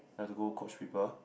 I have to go coach people